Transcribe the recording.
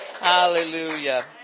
Hallelujah